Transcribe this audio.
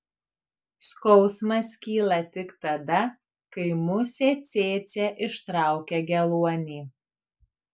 skausmas kyla tik tada kai musė cėcė ištraukia geluonį